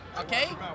Okay